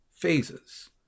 phases